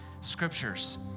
scriptures